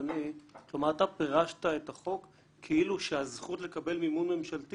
אתה פירשת את החוק כאילו שהזכות לקבל מימון ממשלתי